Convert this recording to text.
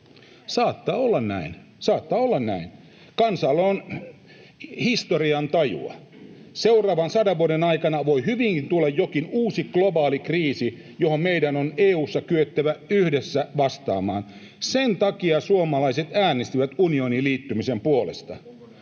saattaa olla näin. Kansalla on historian tajua. Seuraavan sadan vuoden aikana voi hyvinkin tulla jokin uusi globaali kriisi, johon meidän on EU:ssa kyettävä yhdessä vastaamaan. Sen takia suomalaiset äänestivät unioniin liittymisen puolesta.